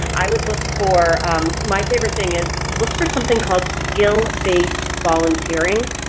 i would look for my favorite thing is look for something called skill-based volunteering,